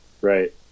Right